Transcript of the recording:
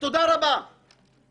הנקודה היא כזו: